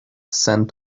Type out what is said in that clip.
scent